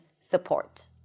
support